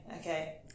okay